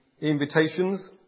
invitations